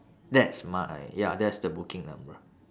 that's my ya that's the booking number